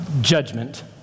judgment